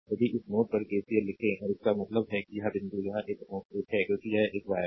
यदि इस नोड पर केसीएल लिखें और इसका मतलब है कि यह बिंदु यह एक साथ नोड 1 है क्योंकि यह एक वायर है